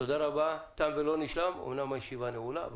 תודה רבה, אמנם תם ולא נשלם, אך הישיבה נעולה.